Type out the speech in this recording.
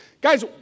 Guys